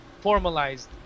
formalized